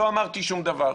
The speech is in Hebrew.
לא אמרתי שום דבר.